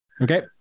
Okay